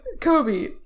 Kobe